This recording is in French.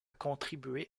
contribué